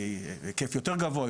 היקף יותר גבוה,